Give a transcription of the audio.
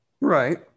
Right